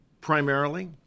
primarily